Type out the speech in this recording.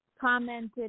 commented